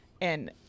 And-